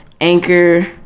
Anchor